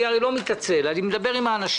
אני הרי לא מתעצל, אני מדבר עם האנשים.